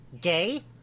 Gay